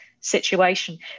situation